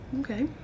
Okay